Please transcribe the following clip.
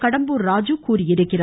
கடம்பூர் ராஜு தெரிவித்துள்ளார்